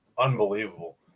unbelievable